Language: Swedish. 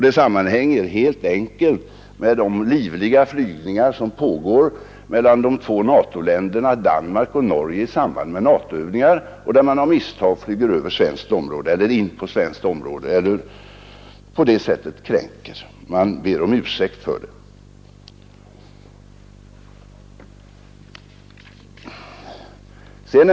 Det sammanhänger helt enkelt med den livliga flygverksamhet som förekommer mellan de två NATO-länderna Danmark och Norge i Nr37 samband med NATO-övningar, då man av misstag flyger in på svenskt Torsdagen den område och på det sättet kränker våra gränser. Man ber om ursäkt för 9 mars 1972 det.